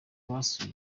basuye